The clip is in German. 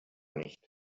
nicht